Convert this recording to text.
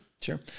sure